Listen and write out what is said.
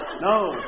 No